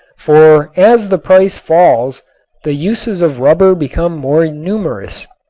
for as the price falls the uses of rubber become more numerous.